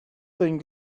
denn